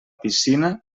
piscina